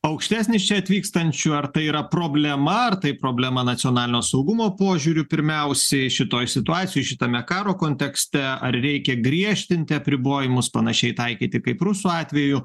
aukštesnis čia atvykstančių ar tai yra problema ar tai problema nacionalinio saugumo požiūriu pirmiausiai šitoj situacijoj šitame karo kontekste ar reikia griežtinti apribojimus panašiai taikyti kaip rusų atveju